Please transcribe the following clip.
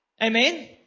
Amen